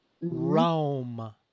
Rome